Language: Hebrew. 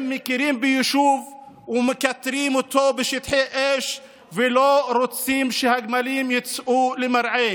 הם מכירים ביישוב ומכתרים אותו בשטחי אש ולא רוצים שהגמלים יצאו למרעה.